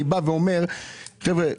אני בא ואומר: חבר'ה,